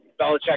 Belichick